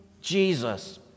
Jesus